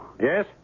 Yes